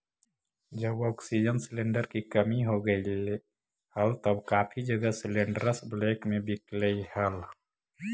जब oxygen cylinder की कमी हो गईल हल तब काफी जगह सिलेंडरस ब्लैक में बिकलई हल